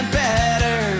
better